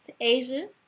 Asia